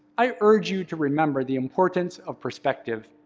i urge you to remember the importance of perspective.